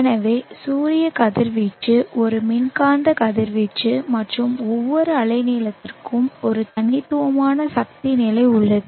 எனவே சூரிய கதிர்வீச்சு ஒரு மின்காந்த கதிர்வீச்சு மற்றும் ஒவ்வொரு அலைநீளத்திற்கும் ஒரு தனித்துவமான சக்தி நிலை உள்ளது